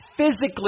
physically